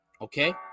Okay